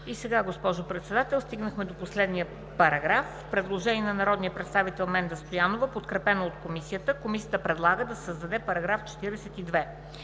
Сега, госпожо Председател, стигнахме до последния параграф. Предложение на народния представител Менда Стоянова, подкрепено от Комисията. Комисията предлага да се създаде § 42: „§ 42.